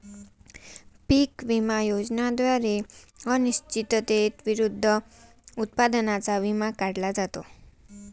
पीक विमा योजनेद्वारे अनिश्चिततेविरुद्ध उत्पादनाचा विमा काढला जातो